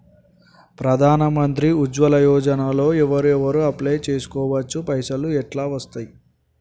ప్రధాన మంత్రి ఉజ్వల్ యోజన లో ఎవరెవరు అప్లయ్ చేస్కోవచ్చు? పైసల్ ఎట్లస్తయి?